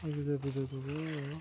ᱜᱤᱫᱽᱟᱹᱨᱼᱯᱤᱫᱽᱟᱹᱨ ᱠᱚᱫᱚ ᱟᱫᱚ